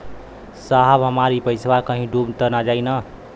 साहब हमार इ पइसवा कहि डूब त ना जाई न?